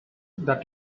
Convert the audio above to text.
that